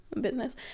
business